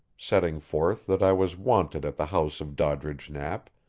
setting forth that i was wanted at the house of doddridge knapp,